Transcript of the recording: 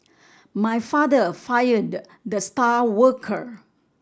my father fired the star worker